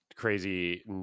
crazy